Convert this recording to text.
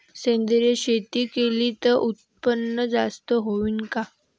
सेंद्रिय शेती केली त उत्पन्न जास्त होईन का?